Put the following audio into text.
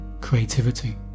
creativity